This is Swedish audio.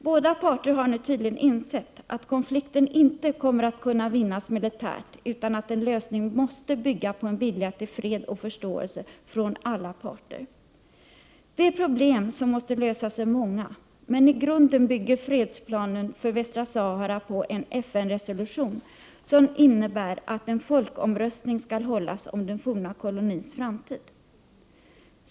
Båda parter har nu tydligen insett att konflikten inte kommer att kunna vinnas militärt utan att en lösning måste bygga på en vilja till fred och förståelse från alla parter. De problem som måste lösas är många, men i grunden bygger fredsplanen för västra Sahara på en FN-resolution, som innebär att en folkomröstning skall hållas om den forna kolonins framtid.